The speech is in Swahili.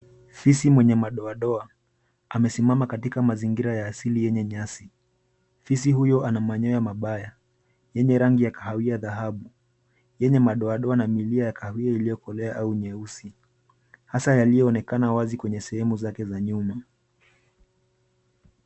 Fisi mwenye madoadoa amesimama katika mazingira ya asili yenye nyasi. Fisi huyo ana manyoya mabaya yenye rangi ya kahawia dhahabu yenye madoadoa na milia ya kahawia iliyokolea au nyeusi, hasa yaliyoonekana wazi kwenye sehemu zake za nyuma.